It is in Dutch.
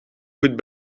goed